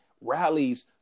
rallies